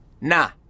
nah